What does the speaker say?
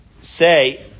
say